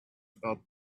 about